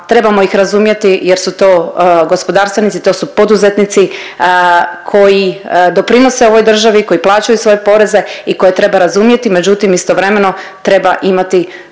trebamo ih razumjeti jer su to gospodarstvenici, to su poduzetnici koji doprinose ovoj državi, koji plaćaju svoje poreze i koje treba razumjeti, međutim istovremeno treba imati,